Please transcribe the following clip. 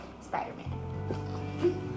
Spider-Man